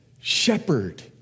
shepherd